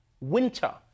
winter